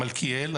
מלכיאל,